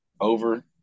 over